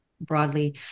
broadly